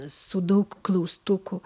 su daug klaustukų